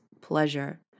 pleasure